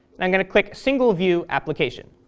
and i'm going to click single view application.